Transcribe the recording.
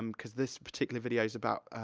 um cause this particular video is about,